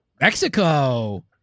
Mexico